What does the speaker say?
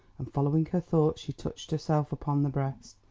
and following her thoughts she touched herself upon the breast.